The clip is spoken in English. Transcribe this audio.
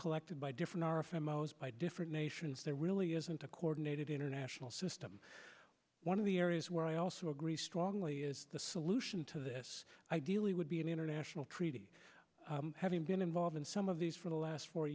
ours by different nations there really isn't a coordinated international system one of the areas where i also agree strongly is the solution to this ideally would be an international treaty having been involved in some of these for the last four